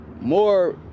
more